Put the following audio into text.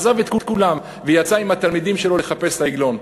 עזב את כולם ויצא עם התלמידים שלו לחפש את העגלון.